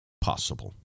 possible